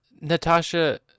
Natasha